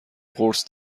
قرص